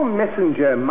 messenger